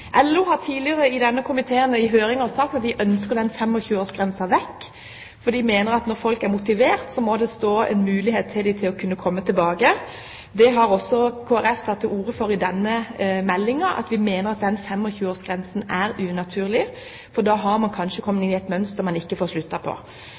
LO har tidligere i denne komiteen – i høringer – sagt at de ønsker denne 25-års grensen vekk, fordi de mener at når folk er motivert, må det være en mulighet for dem til å komme tilbake. Det har også Kristelig Folkeparti tatt til orde for i denne innstillingen. Vi mener at 25-års grensen er unaturlig, for da har man kanskje kommet